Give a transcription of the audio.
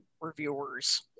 reviewers